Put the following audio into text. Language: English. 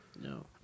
No